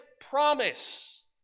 promise